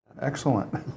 Excellent